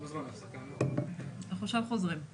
לא דיברנו על המקסימום, דיברנו על המינימום.